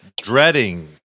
dreading